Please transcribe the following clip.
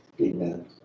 Amen